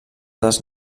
dels